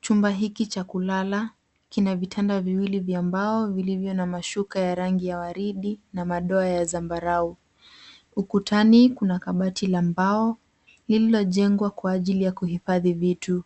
Chumba hiki cha kulala kina vitanda viwili vya mbao vilivyo na mashuka ya rangi ya waridi na madoa ya zambarau ukutani kuna kabati la mbao lililojengwa kwa ajili ya kuhifadhi vitu